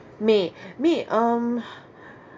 may may um